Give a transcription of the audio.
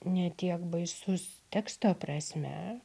ne tiek baisus teksto prasme